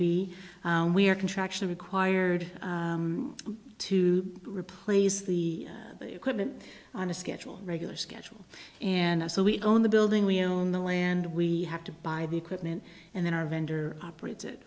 b we are contraction required to replace the equipment on a schedule regular schedule and so we own the building we own the land we have to buy the equipment and then our vendor operate